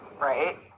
Right